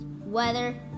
weather